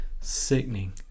sickening